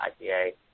IPA